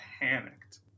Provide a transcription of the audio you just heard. panicked